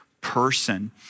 person